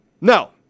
No